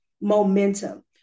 momentum